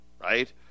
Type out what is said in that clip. right